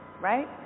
right